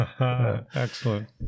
excellent